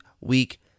Week